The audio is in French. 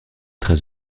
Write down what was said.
très